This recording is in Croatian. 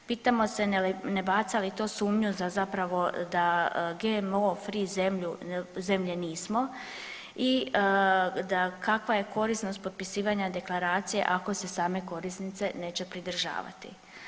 Pitamo se ne baca li to sumnju da GMO free zemlje nismo i da kakva je korisnost potpisivanja deklaracije, ako se same korisnice neće pridržavati.